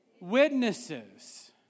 witnesses